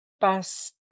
pass